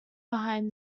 behind